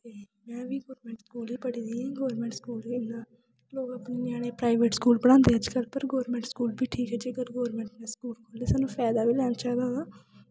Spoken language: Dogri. ते में बी गौरमैंट स्कूल गै पढ़ी दी आं गौरमैंट स्कूल इन्ना लोग अपने ञ्याने प्राइवेट स्कूल पढ़ादे अजकल्ल पर गौरमैंट स्कूल बी ठीक ऐ जेकर गौरमैंट न स्कूल खोह्ल्ले दे ते सानूं फैदा ते लैना चाहिदा